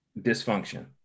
dysfunction